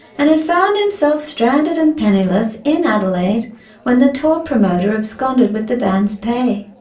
and had found himself stranded and penniless in adelaide when the tour promoter absconded with the band's pay.